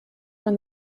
from